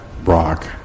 rock